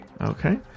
Okay